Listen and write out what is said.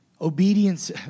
Obedience